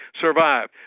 survive